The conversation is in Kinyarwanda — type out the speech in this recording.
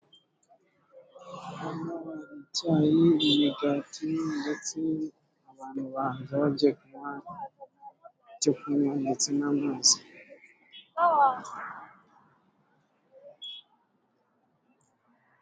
Icyayi, imigati ndetse abantu banza bagiye kunywa, icyo kunywa ndetse n'amazi.